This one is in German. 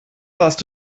warst